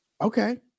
Okay